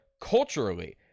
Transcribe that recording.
culturally